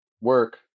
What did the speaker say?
work